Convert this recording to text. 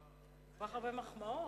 כל כך הרבה מחמאות,